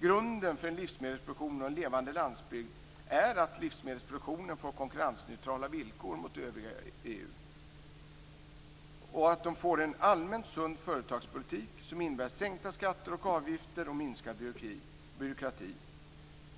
Grunden för en livsmedelsproduktion och en levande landsbygd är att livsmedelsproduktionen får konkurrensneutrala villkor mot övriga EU och får en allmänt sund företagspolitik som innebär sänkta skatter och avgifter och minskad byråkrati.